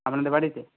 আপনাদের বাড়িতে